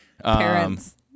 parents